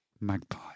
Magpie